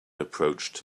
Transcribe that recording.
approached